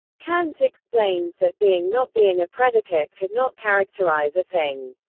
kant explains that being not being a predicate could not characterize a thing.